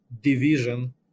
division